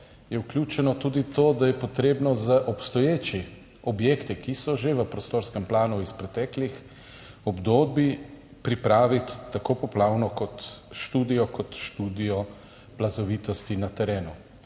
je vključeno tudi to, da je potrebno za obstoječe objekte, ki so že v prostorskem planu iz preteklih obdobij, pripraviti tako poplavno študijo kot študijo plazovitosti na terenu.